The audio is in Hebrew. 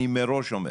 ומראש אני אומר,